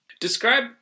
Describe